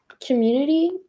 community